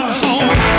home